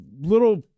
little